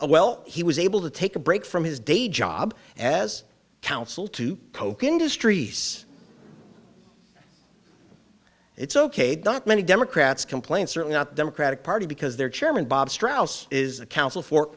a well he was able to take a break from his day job as counsel to koch industries it's ok not many democrats complained certainly not democratic party because their chairman bob strauss is the counsel for